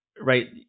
right